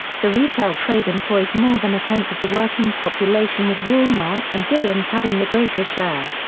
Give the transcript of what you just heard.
the retail trade employs more than a tenth of the working population with wal-mart and dillons having the greater share.